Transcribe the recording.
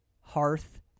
Hearth